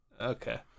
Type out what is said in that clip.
Okay